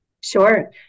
Sure